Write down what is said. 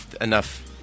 enough